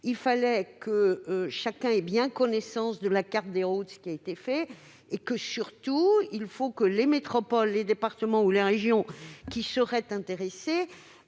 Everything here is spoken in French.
Il fallait que chacun ait bien connaissance de la carte des routes, ce qui a été fait. Il fallait surtout que les métropoles, les départements ou les régions intéressés